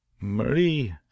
marie